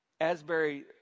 Asbury